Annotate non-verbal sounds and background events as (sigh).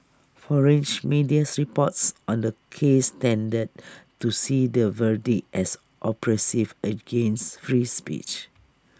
foreign (unintelligible) media reports on the case tended to see the verdict as oppressive against free speech